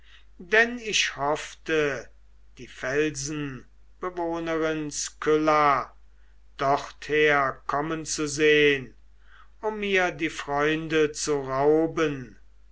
denn ich hoffte die felsenbewohnerin skylla dorther kommen zu sehn um mir die freunde zu rauben